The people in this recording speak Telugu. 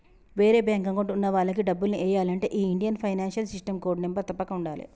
వేరే బ్యేంకు అకౌంట్ ఉన్న వాళ్లకి డబ్బుల్ని ఎయ్యాలంటే ఈ Indian financial system code number తప్పక ఉండాలే